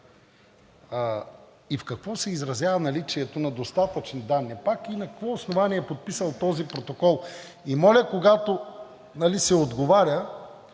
и в какво се изразява наличието на достатъчни данни пак и на какво основание е подписал този протокол? И моля, когато се отговаря,